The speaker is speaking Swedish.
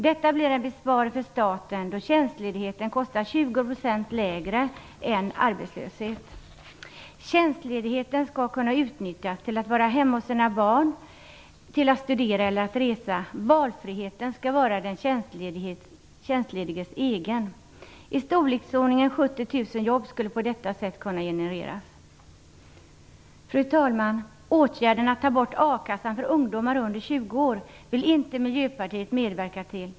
Detta blir en besparing för staten, då tjänstledigheten kostar 20 % mindre än arbetslöshet. Tjänstledigheten skall kunna utnyttjas till att vara hemma hos sina barn, till att studera eller resa. Valet skall vara den tjänstlediges eget. I storleksordningen 70 000 jobb skulle på detta sätt kunna genereras. Fru talman! Åtgärden att ta bort a-kassan för ungdomar under 20 år vill inte Miljöpartiet medverka till.